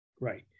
right